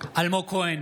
אלמוג כהן,